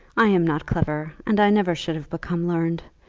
i am not clever, and i never should have become learned.